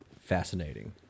fascinating